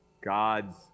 God's